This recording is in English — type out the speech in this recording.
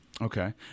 okay